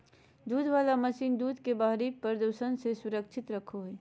दूध वला मशीन दूध के बाहरी प्रदूषण से सुरक्षित रखो हइ